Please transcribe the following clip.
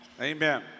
amen